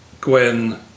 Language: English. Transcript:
Gwen